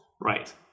right